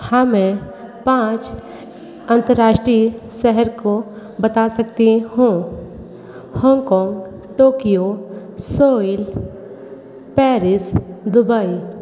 हाँ मैं पाँच अंतर्राष्ट्रीय शहर को बता सकती हूँ Hong Kong Tokyo Seoul Paris Dubai